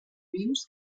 vius